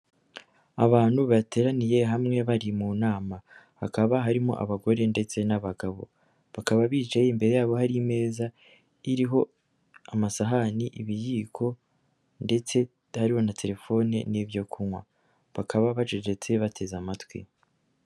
Abantu bateraniye hamwe bari mu nama, hakaba harimo abagore ndetse n'abagabo, bakaba bicaye imbere yabo hari imeza iriho amasahani, ibiyiko, ndetse hariho na telefone n'ibyo kunywa, bakaba bacecetse, bateze amatwi.